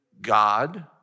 God